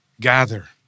gather